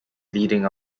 leading